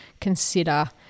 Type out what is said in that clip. consider